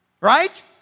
Right